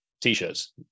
T-shirts